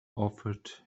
offered